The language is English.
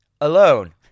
alone